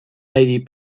lady